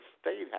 State